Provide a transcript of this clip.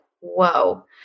whoa